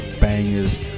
Bangers